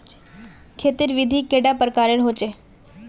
खेत तेर विधि कैडा प्रकारेर होचे?